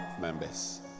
members